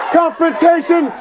confrontation